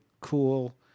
cool